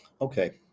okay